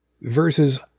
versus